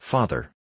Father